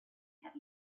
had